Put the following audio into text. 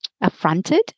affronted